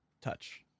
touch